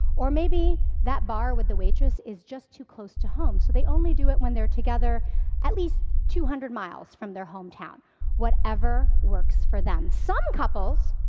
or maybe that bar with the waitress is just too close to home, so they only do it when they're together at least two hundred miles from their hometown whatever works for them. some couples,